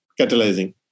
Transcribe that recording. catalyzing